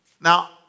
Now